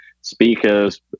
speakers